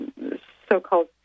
so-called